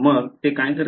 मग ते काय करते